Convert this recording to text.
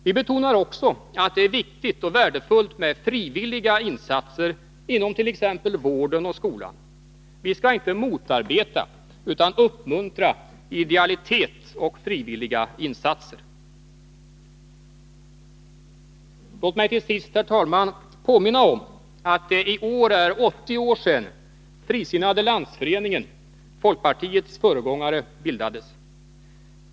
Vi betonar också att det är värdefullt med frivilliga insatser inom t.ex. vården och skolan. Vi skall inte motarbeta utan uppmuntra idealitet och frivilliga insatser. Låt mig till sist, herr talman, påminna om att det i år är 80 år sedan Frisinnade landsföreningen, folkpartiets föregångare, bildades.